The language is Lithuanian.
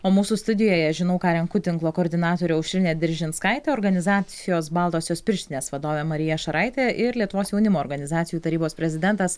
o mūsų studijoje žinau ką renku tinklo koordinatorė aušrinė diržinskaitė organizacijos baltosios pirštinės vadovė marija šaraitė ir lietuvos jaunimo organizacijų tarybos prezidentas